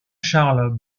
charles